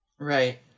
Right